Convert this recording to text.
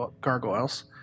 gargoyles